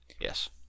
Yes